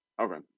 Okay